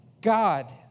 God